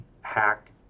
hack